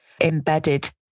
embedded